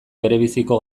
berebiziko